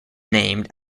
named